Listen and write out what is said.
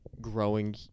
growing